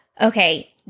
okay